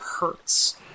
hurts